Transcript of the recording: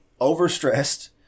Overstressed